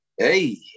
Hey